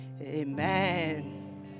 amen